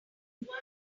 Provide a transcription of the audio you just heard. blue